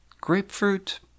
Grapefruit